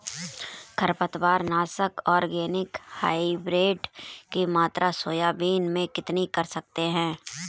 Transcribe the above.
खरपतवार नाशक organic hybrid की मात्रा सोयाबीन में कितनी कर सकते हैं?